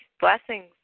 Blessings